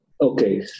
Okay